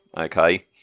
Okay